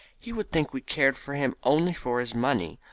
he would think we cared for him only for his money.